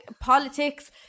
politics